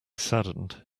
saddened